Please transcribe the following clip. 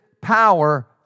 power